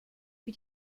für